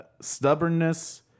stubbornness